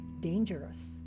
Dangerous